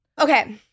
Okay